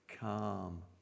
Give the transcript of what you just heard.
calm